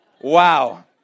Wow